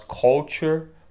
culture